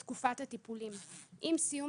עם סיום